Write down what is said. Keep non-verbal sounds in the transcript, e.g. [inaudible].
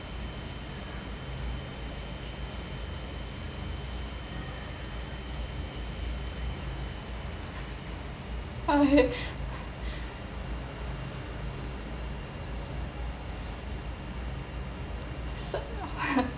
okay [laughs]